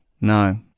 No